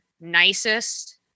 nicest